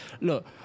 Look